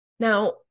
Now